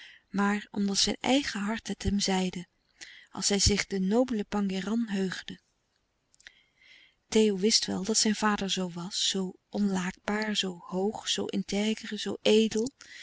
maar omdat zijn eigen hart het hem zeide als hij zich den nobelen pangéran heugde theo wist wel dat zijn vader zoo was zoo onlaakbaar zoo hoog zoo intègre zoo edel